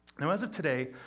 now, as of today,